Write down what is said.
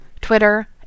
Twitter